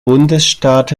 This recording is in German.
bundesstaat